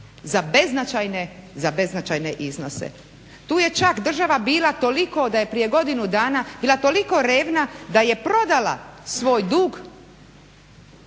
za beznačajne iznose. Tu je čak država bila toliko da je prije godinu dana, bila toliko revna da je prodala svoj dug